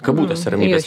kabutėse ramybės